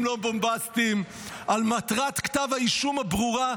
לא בומבסטיים על מטרת כתב האישום הברורה,